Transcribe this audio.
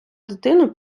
дитину